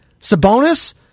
Sabonis